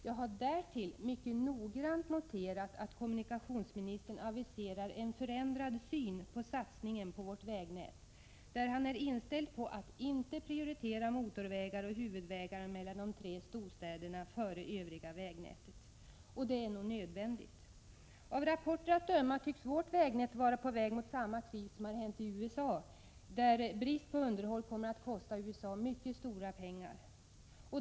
Jag har därtill mycket noggrant noterat att kommunikationsministern aviserar en förändrad syn på satsningen på vårt vägnät, där han är inställd på att inte prioritera motorvägar och huvudvägarna mellan de tre storstäderna före övriga vägnätet. Det är nog nödvändigt. Av rapporter att döma tycks vårt vägnät vara på väg mot samma kris som i USA, där brist på underhåll kommer att kosta USA mycket stora pengar.